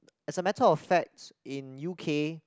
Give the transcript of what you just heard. as a matter of facts in U_K